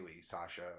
Sasha